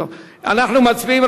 אנחנו מצביעים,